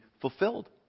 fulfilled